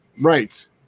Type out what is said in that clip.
right